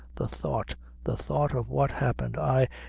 the thought the thought of what happened ay,